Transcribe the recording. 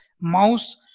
mouse